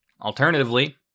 Alternatively